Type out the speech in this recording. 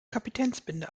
kapitänsbinde